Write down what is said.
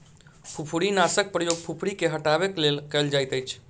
फुफरीनाशकक प्रयोग फुफरी के हटयबाक लेल कयल जाइतअछि